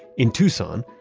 in tucson,